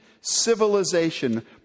civilization